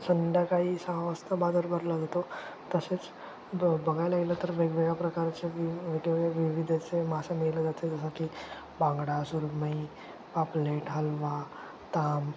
संध्याकाळी सहा वाजता बाजार भरला जातो तसेच ब बघायला गेलं तर वेगवेगळ्या प्रकारचे वि ते विविधचे मासे मेलं जाते जसं की बांगडा सुरमई पापलेट हलवा ताम